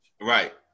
Right